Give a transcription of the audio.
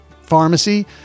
pharmacy